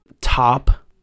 top